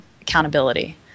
accountability